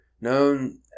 known